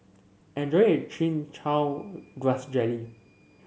enjoy your Chin Chow Grass Jelly